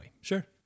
Sure